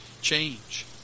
change